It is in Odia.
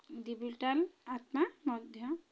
ଦିଜିଟାଲ୍ ଆତ୍ମା ମଧ୍ୟ